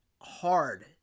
hard